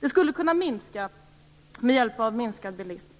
De skulle kunna minska genom en minskad bilism,